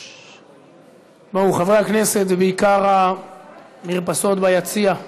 חברי הכנסת, בעיקר המרפסות ביציע,